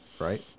Right